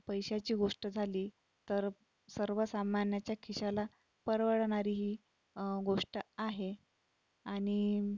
पैशाची गोष्ट झाली तर सर्वसामान्याच्या खिशाला परवडणारी ही गोष्ट आहे आणि